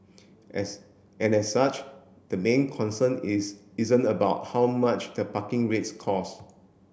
as and as such the main concern is isn't about how much the parking rates cost